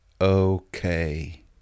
okay